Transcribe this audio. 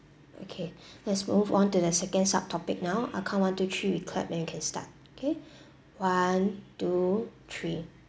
okay let's move on to the second sub topic now I count one two three we clap and we can start K one two three